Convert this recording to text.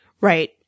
Right